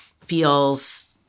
feels